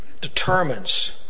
determines